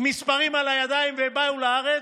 עם מספרים על הידיים, ובאו לארץ,